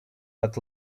but